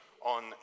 On